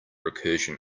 recursion